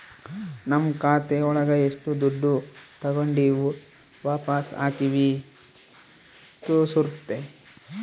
ನಮ್ ಖಾತೆ ಒಳಗ ಎಷ್ಟು ದುಡ್ಡು ತಾಗೊಂಡಿವ್ ವಾಪಸ್ ಹಾಕಿವಿ ತೋರ್ಸುತ್ತೆ